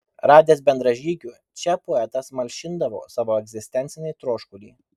radęs bendražygių čia poetas malšindavo savo egzistencinį troškulį